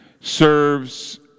serves